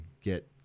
get